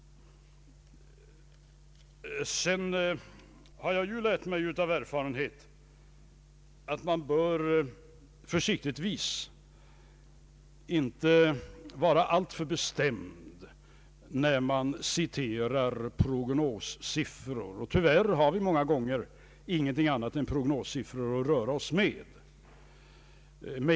Jag har lärt mig av erfarenhet att man försiktigtvis inte bör vara alltför bestämd när man citerar prognossiffror, och tyvärr har vi många gånger ingenting annat än prognossiffror att röra oss med.